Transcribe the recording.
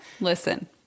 Listen